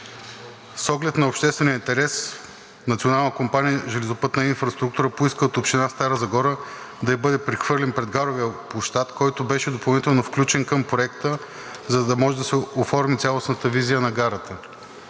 С оглед на обществения интерес Национална компания „Железопътна инфраструктура“ поиска от Община Стара Загора да ѝ бъде прехвърлен предгаровия площад, който беше допълнително включен към проекта, за да може да се оформи цялостната визия на гарата.